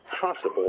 possible